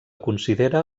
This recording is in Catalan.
considera